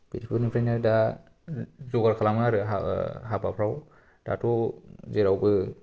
बेफोरनिफ्रायनो दा जगार खालामो आरो हाबाफोराव दाथ' जेरावबो